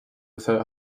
without